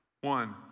one